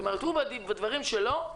הוא, בדברים שלו,